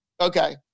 Okay